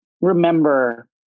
remember